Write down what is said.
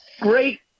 great